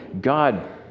God